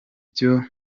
iyo